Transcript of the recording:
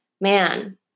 man